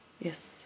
Yes